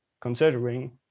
considering